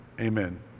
amen